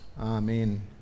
amen